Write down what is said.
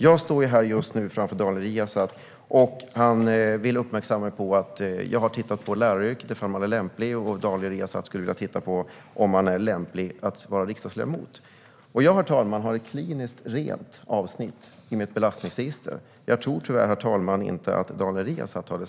Jag står här just nu framför Daniel Riazat, och han vill uppmärksamma mig på att jag har föreslagit att man kan titta på läraryrket och se ifall de som är lärare är lämpliga, och Daniel Riazat skulle vilja titta på om riksdagsledamöter är lämpliga att vara det. Jag, herr talman, har ett kliniskt rent avsnitt i mitt belastningsregister. Jag tror tyvärr inte att Daniel Riazat har det.